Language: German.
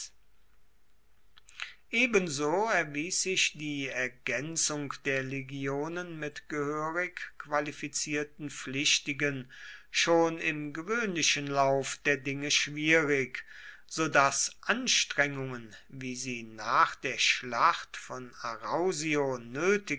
ebenso erwies sich die ergänzung der legionen mit gehörig qualifizierten pflichtigen schon im gewöhnlichen lauf der dinge schwierig so daß anstrengungen wie sie nach der schlacht von arausio nötig